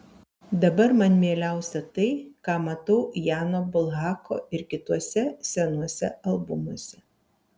dabar man mieliausia tai ką matau jano bulhako ir kituose senuose albumuose